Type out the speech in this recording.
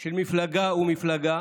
של מפלגה ומפלגה